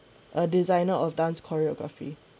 a designer of dance choreography